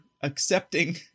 accepting